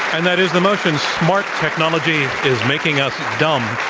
and that is the motion, smart technology is making us dumb.